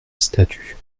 statue